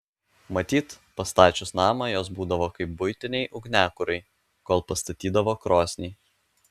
matyt pastačius namą jos būdavo kaip buitiniai ugniakurai kol pastatydavo krosnį